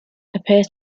appears